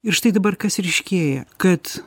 ir štai dabar kas ryškėja kad